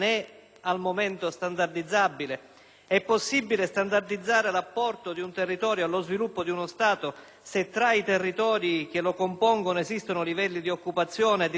È possibile standardizzare l'apporto di un territorio allo sviluppo di uno Stato se tra i territori che lo compongono esistono livelli di occupazione, di disoccupazione molto diversi tra loro